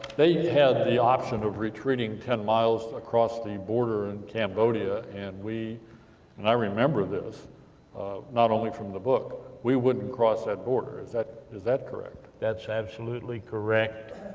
they had the option of retreating ten miles, across the border in cambodia, and and i remember this, not only from the book, we wouldn't cross that border. is that is that correct? that's absolutely correct.